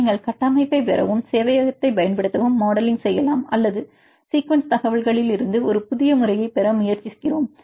நீங்கள் கட்டமைப்பைப் பெறவும் சேவையகத்தைப் பயன்படுத்தவும் மாடலிங் செய்யலாம் அல்லது சீக்குவன்ஸ் தகவல்களிலிருந்து ஒரு புதிய முறையைப் பெற முயற்சிக்கி றோம்